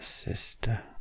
Sister